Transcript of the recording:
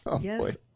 Yes